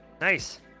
Nice